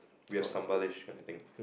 we have Sambal ~ish kind of thing